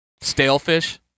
Stalefish